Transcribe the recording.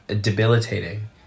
debilitating